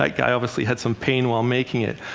like guy obviously had some pain while making it.